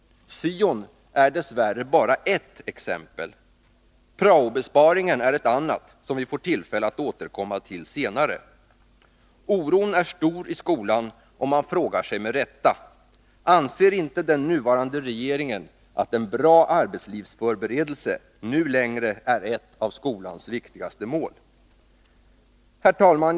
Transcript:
Syo:n är dess värre bara ett exempel — praobesparingen är ett annat, som vi får tillfälle att återkomma till senare. Oron är stor i skolan, och man frågar sig med rätta: Anser inte den nuvarande regeringen att en bra arbetslivsförberedelse nu längre är ett av skolans viktigaste mål? Herr talman!